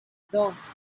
dos